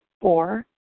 Four